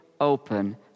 open